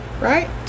right